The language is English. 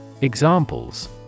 Examples